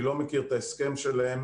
אני לא מכיר את ההסכם שלהם